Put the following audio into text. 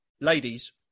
ladies